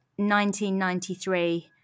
1993